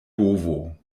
bovo